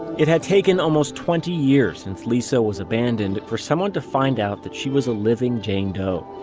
it had taken almost twenty years since lisa was abandoned for someone to find out that she was a living jane doe.